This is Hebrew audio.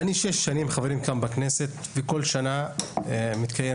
אני נמצא בכנסת שש שנים וכל שנה מתקיים